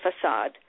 facade